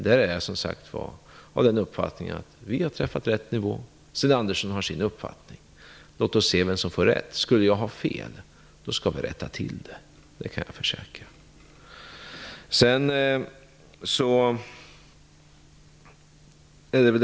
Där är jag av den uppfattningen att regeringen har träffat rätt nivå, och Sten Andersson har sin uppfattning. Låt oss se vem som får rätt. Skulle jag ha fel skall vi rätta till det. Det kan jag försäkra.